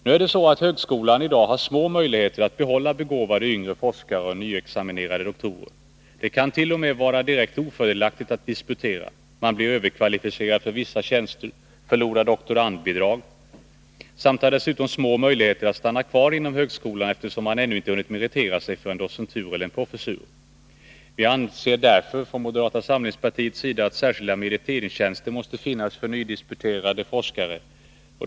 Nu är det så att högskolan i dag har små möjligheter att behålla begåvade yngre forskare och nyutexaminerade doktorer. Det kan t.o.m. vara direkt ofördelaktigt att disputera; man blir överkvalificerad för vissa tjänster, förlorar doktorandbidrag samt har dessutom små möjligheter att stanna kvar inom högskolan, eftersom man ännu inte hunnit meritera sig för en docentur eller en professur. Vi anser därför från moderata samlingspartiets sida, att särskilda meriteringstjänster måste finnas för nydisputerade forskare.